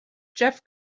jeff